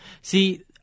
See